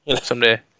Someday